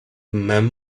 man